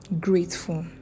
grateful